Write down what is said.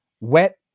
Wet